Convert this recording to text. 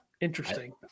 Interesting